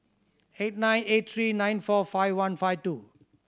eight nine eight three nine four five one five two